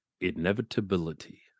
inevitability